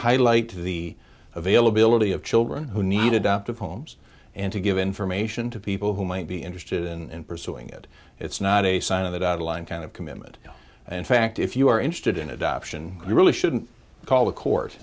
highlight to the availability of children who need adoptive homes and to give information to people who might be interested in pursuing it it's not a sign of that outline kind of commitment in fact if you are interested in adoption you really shouldn't call the cour